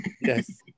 Yes